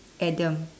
Adam